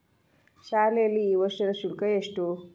ಶಾಲೆಯಲ್ಲಿ ಈ ವರ್ಷದ ಶುಲ್ಕ ಎಷ್ಟು?